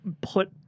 put